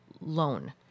loan